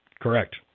Correct